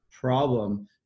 problem